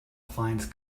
finds